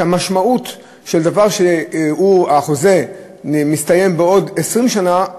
המשמעות של זה שהחוזה מסתיים בעוד 20 שנה,